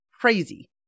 crazy